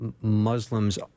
Muslims